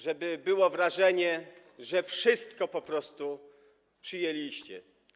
żeby było wrażenie, że wszystko po prostu przyjęliście.